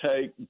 take